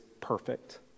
perfect